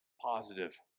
positive